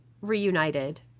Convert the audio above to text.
reunited